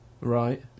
Right